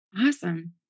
awesome